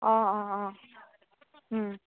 অ' অ' অ'